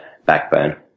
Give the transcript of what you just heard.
Backbone